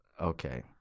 Okay